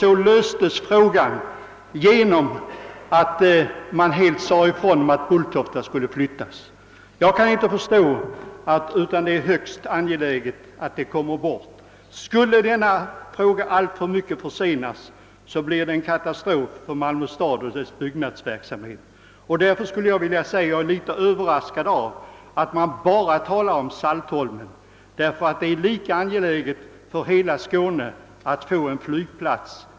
Sedan löstes byggfrågan på så sätt att man deklarerade att Bulltofta skulle flyttas, och det är nu i högsta grad angeläget att flygplatsen kommer bort. Försenas den frågan alltför mycket, blir det en katastrof för byggnadsverksamheten i Malmö. Jag är överraskad av att man bara talar om Saltholm. Det är lika angeläget för hela Skåne att få en egen flygplats.